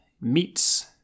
meets